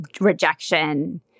rejection